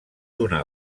una